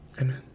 Amen